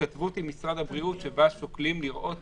משרד הבריאות שבה שוקלים לראות